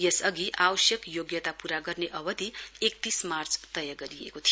यस अघि आवश्यक योग्यता पूरा गर्ने अवधि एकतीस मार्च तय गरिएको थियो